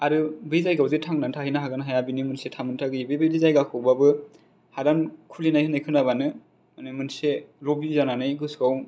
आरो बे जायगायाव जे थांनानै थाहैनो हागोन ना हाया बेनि मोनसे थामोनथाय गैयि बेबायदि जायगाखौ बाबो हादान खुलिनाय होननाय खोनाबानो माने मोनसे लबि जानानै गोसोआव